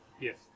Yes